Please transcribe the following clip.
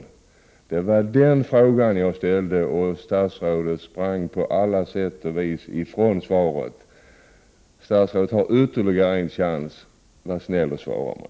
Det var den frågan jag ställde, och statsrådet sprang på alla sätt och vis ifrån svaret. Statsrådet har ytterligare en chans. Var snäll och svara mig.